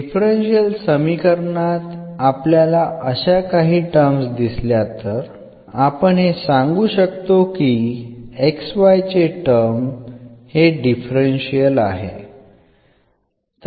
differential समीकरणात आपल्याला अशा काही टर्म्स दिसल्या तर आपण हे सांगू शकतो की ते xy टर्म चे डिफरन्शियल आहे